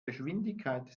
geschwindigkeit